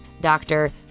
doctor